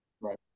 Right